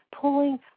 pulling